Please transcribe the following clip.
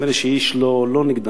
נדמה לי שאיש לא נגדם.